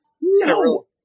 No